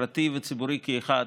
פרטי וציבורי כאחד,